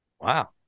Wow